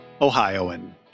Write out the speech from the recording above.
Ohioan